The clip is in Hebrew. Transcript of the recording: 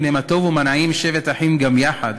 "הנה מה טוב ומה נעים שבת אחים גם יחד"